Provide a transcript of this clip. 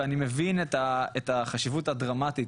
ואני מבין את החשיבות הדרמטית